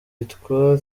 yitwa